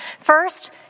First